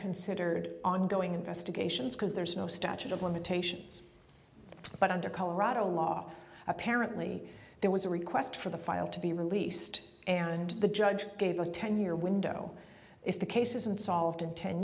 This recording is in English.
considered ongoing investigations because there's no statute of limitations but under colorado law apparently there was a request for the file to be released and the judge gave a ten year window if the case isn't solved in ten